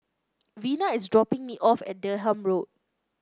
Vena is dropping me off at Durham Road